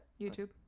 youtube